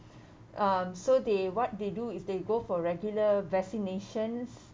um so they what they do is they go for regular vaccinations